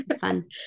Fun